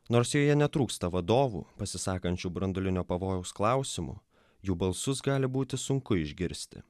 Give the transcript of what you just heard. nors joje netrūksta vadovų pasisakančių branduolinio pavojaus klausimu jų balsus gali būti sunku išgirsti